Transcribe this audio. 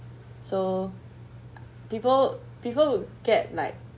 so people people will get like